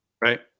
Right